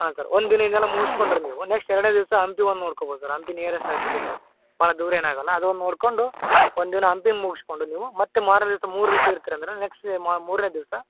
ಹಾಂ ಸರ್ ಒಂದು ದಿನ ಇದೆಲ್ಲ ಮುಗಿಸ್ಕೊಂಡ್ರೆ ನೀವು ನೆಕ್ಸ್ಟ್ ಎರಡನೇ ದಿವಸ ಹಂಪಿ ಒಂದು ನೋಡ್ಕೊಬೋದು ಸರ್ ಹಂಪಿ ನಿಯರೆಸ್ಟ್ ಆಗತ್ತೆ ಇಲ್ಲಿಂದ ಭಾಳ ದೂರ ಏನಾಗೋಲ್ಲ ಅದೊಂದು ನೋಡಿಕೊಂಡು ಒಂದು ದಿನ ಹಂಪಿನ ಮುಗಿಸ್ಕೊಂಡು ನೀವು ಮತ್ತೆ ಮಾರನೇ ದಿವಸ ಮೂರ್ ದಿವ್ಸ ಇರ್ತಿನ್ ಅಂದ್ರೆ ನೆಕ್ಸ್ಟ್ ಮಾ ಮೂರನೇ ದಿವಸ